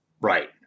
Right